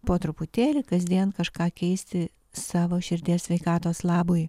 po truputėlį kasdien kažką keisti savo širdies sveikatos labui